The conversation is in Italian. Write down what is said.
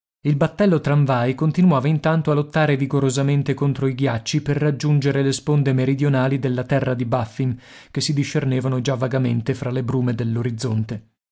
ridendo il battello tramvai continuava intanto a lottare vigorosamente contro i ghiacci per raggiungere le sponde meridionali della terra di baffin che si discernevano già vagamente fra le brume